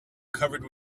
covered